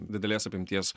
didelės apimties